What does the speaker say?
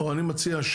אני מציע,